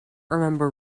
remember